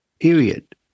period